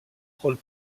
rôles